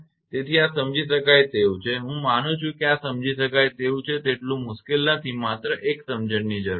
તેથી આ સમજી શકાય તેવું છે હું માનું છું કે આ સમજી શકાય તેવું છે તેટલુ મુશ્કેલ નથી માત્ર એક સમજણની જરૂરી છે